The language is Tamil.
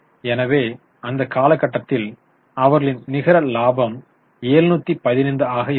எனவே அந்தக் காலகட்டத்தில் அவர்களின் நிகர லாபம் 715 ஆக இருக்கிறது